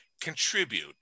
contribute